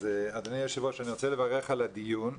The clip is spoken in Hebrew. אדוני היושב-ראש, אני רוצה לברך על הדיון.